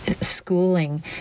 schooling